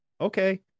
Okay